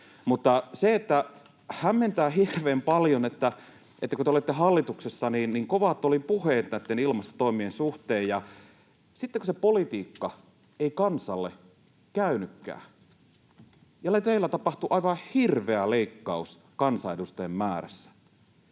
argumentteja. Hämmentää hirveän paljon, että kun te olitte hallituksessa, niin kovat oli puheet näitten ilmastotoimien suhteen, ja sitten kun se politiikka ei kansalle käynytkään ja teillä tapahtui aivan hirveä leikkaus kansanedustajien määrässä,